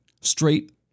straight